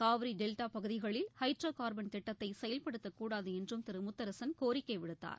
Kaveri delta பகுதிகளில் hydrocarbon திட்டத்தை செயல்படுத்தக்கூடாது என்றும் திரு முத்தரசன் கோரிக்கை விடுத்தார்